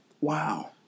Wow